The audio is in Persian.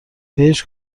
هیچ